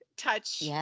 touch